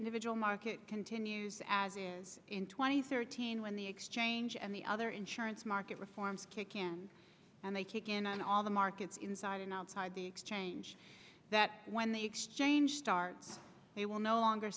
individual market continues as it is in twenty thirteen when the exchange and the other insurance market reforms kick in and they kick in on all the markets inside and outside the exchange that when the exchange starts they will no longer